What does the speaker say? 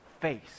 face